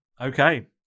Okay